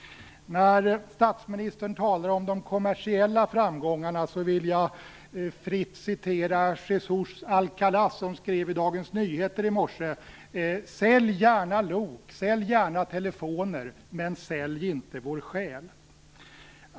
När statsministern talar om de kommersiella framgångarna vill jag fritt återge det som Jesús Alcalá skrev i Dagens Nyheter i morse. Han skrev: Sälj gärna lok. Sälj gärna telefoner. Men sälj inte vår själ.